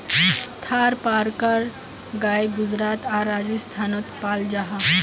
थारपारकर गाय गुजरात आर राजस्थानोत पाल जाहा